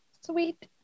Sweet